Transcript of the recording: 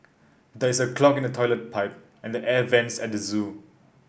there is a clog in the toilet pipe and air vents at the zoo